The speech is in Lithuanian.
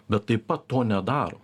bet taip pat to nedaro